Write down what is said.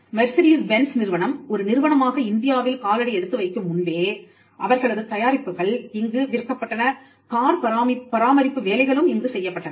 Mercedes Benz நிறுவனம் ஒரு நிறுவனமாக இந்தியாவில் காலடி எடுத்து வைக்கும் முன்பே அவர்களது தயாரிப்புகள் இங்கு விற்கப்பட்டன கார் பராமரிப்பு வேலைகளும் இங்கு செய்யப்பட்டன